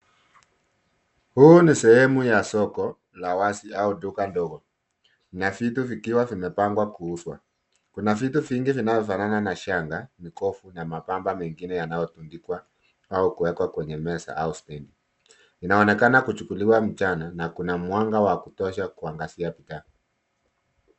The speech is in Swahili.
Huu ni sehemu ya soko la wazi au duka ndogo, na vitu vikiwa vimepangwa kuuzwa. Kuna vitu vingi vinavyofanana na shanga, mikoba na mapambo mengine yanayotundikwa au kuwekwa kwenye meza au (cs)stand(cs).Inaonekana kuchukuliwa mchana na kuna mwanga wa kutosha kuangazia bidhaa.